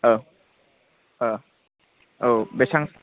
औ बेसां